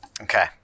Okay